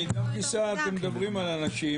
מוקדם --- אבל מאידך גיסא אתם מדברים על אנשים